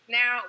now